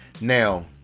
now